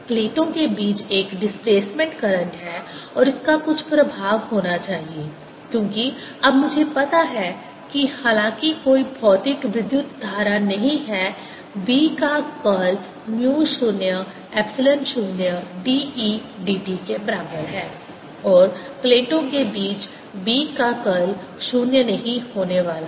प्लेटों के बीच एक डिस्प्लेसमेंट करंट है और इसका कुछ प्रभाव होना चाहिए क्योंकि अब मुझे पता है कि हालांकि कोई भौतिक विद्युत धारा नहीं है B का curl mu 0 epsilon 0 d E dt के बराबर है और प्लेटों के बीच B का कर्ल 0 नहीं होने वाला है